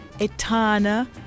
Etana